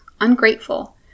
ungrateful